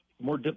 more